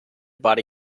body